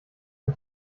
ein